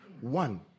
One